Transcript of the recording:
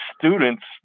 students